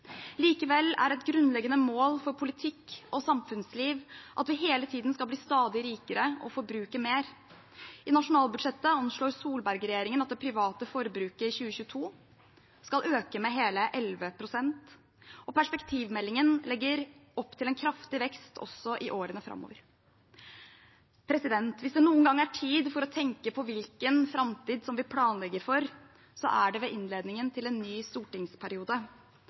Likevel er et grunnleggende mål for politikk og samfunnsliv at vi hele tiden skal bli stadig rikere og forbruke mer. I nasjonalbudsjettet anslår Solberg-regjeringen at det private forbruket i 2022 skal øke med hele 11 pst., og perspektivmeldingen legger opp til en kraftig vekst også i årene framover. Hvis det noen gang er tid for å tenke på hvilken framtid vi planlegger for, er det ved innledningen til en ny stortingsperiode.